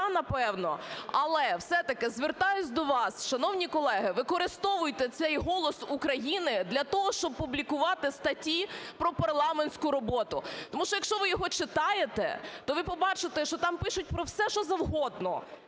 напевно, але все-таки звертаюся до вас, шановні колеги, використовуйте цей "Голос України" для того, щоб публікувати статті про парламентську роботу. Тому що, якщо ви його читаєте, то ви побачите, що там пишуть про все що завгодно,